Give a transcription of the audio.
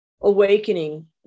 awakening